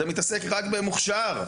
אתה מתעסק רק במוכש"ר.